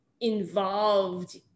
involved